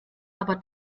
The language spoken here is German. aber